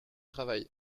travail